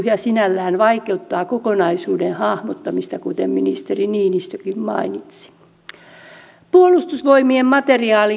ja kun lukee teidän välikysymystekstiänne te syytätte ministeri stubbia tietoisesta vääristelystä